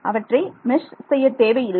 அவற்றை மெஷ் செய்ய தேவை இல்லை